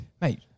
Mate